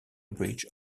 bridge